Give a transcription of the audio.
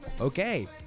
okay